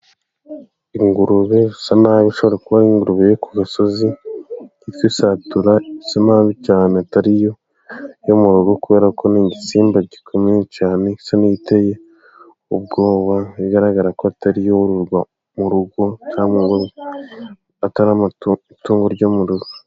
Ingurube isa nabi, ishobora kuba ari ingurube yo ku gasozi, yitwa isatura isa nabi cyane, atari yo yo mu rugo kubera ko ni igisimba gikomeye cyane gisa n'igiteye ubwoba, bigaragara ko atari iyororwa mu rugo cyangwa atari itungo ryo mu rugo.